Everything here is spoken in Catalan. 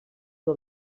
del